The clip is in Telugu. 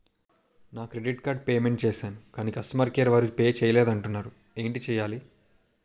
నా క్రెడిట్ కార్డ్ పే మెంట్ చేసాను కాని కస్టమర్ కేర్ వారు పే చేయలేదు అంటున్నారు ఏంటి చేయాలి?